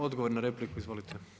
Odgovor na repliku izvolite.